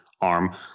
arm